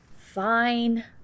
Fine